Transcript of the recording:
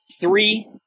three